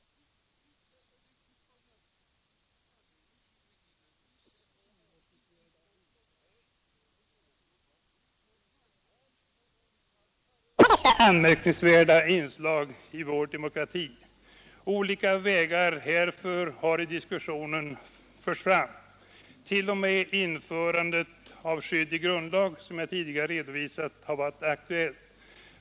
Vi måste snabbt komma fram till en lösning där vi får slut på detta anmärkningsvärda inslag i vår demokrati. Olika vägar härför har i diskussionen framförts. T. o. m. införande av ett skydd i grundlag har, som jag tidigare redovisat, varit aktuellt.